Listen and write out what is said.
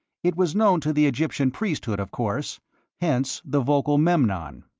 it was known to the egyptian priesthood, of course hence the vocal memnon.